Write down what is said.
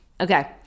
Okay